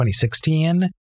2016